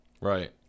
right